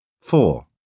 Four